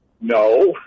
No